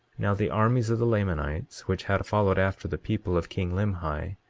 now the armies of the lamanites, which had followed after the people of king limhi,